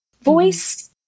voice